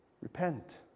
Repent